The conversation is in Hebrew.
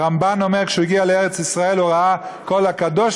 הרמב"ן אומר שכשהוא הגיע לארץ-ישראל הוא ראה "כל המקודש